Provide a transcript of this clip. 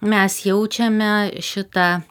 mes jaučiame šitą